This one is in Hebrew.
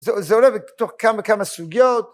זה עולה תוך כמה וכמה סוגיות.